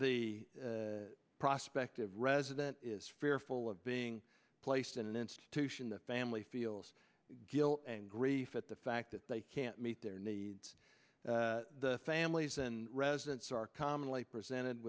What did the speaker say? e prospect of resident is fearful of being placed in an institution the family feels guilt and grief at the fact that they can't meet their needs families and residents are commonly presented